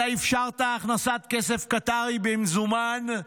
אתה אישרת הכנסת כסף קטרי במזומן.